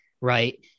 Right